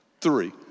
three